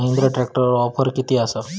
महिंद्रा ट्रॅकटरवर ऑफर किती आसा?